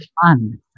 fun